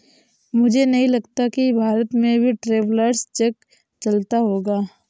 मुझे नहीं लगता कि भारत में भी ट्रैवलर्स चेक चलता होगा